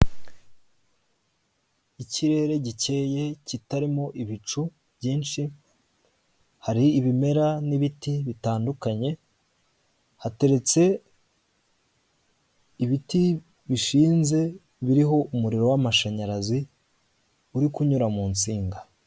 Ikirere gikeye, kitarimo ibicu byinshi, hari ibimera n'ibiti bitandukanye, hateretse ibiti bishinze, biriho umuriro w'amashanyaraza, uri kunyura mu nsinga.